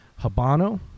Habano